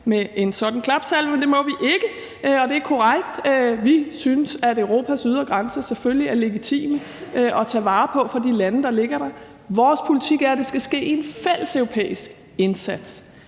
med en sådan klapsalve. Men det må vi ikke. Det er korrekt, at vi synes, at Europas ydre grænser selvfølgelig er legitimt at tage vare på for de lande, der ligger der. Vores politik er, at det skal ske i en fælles europæisk indsats